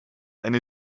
eine